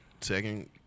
second